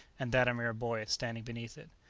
and that a mere boy, standing beneath it.